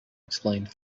explained